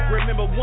remember